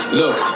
look